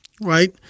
right